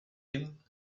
him